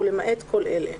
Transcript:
ולמעט כל אלה: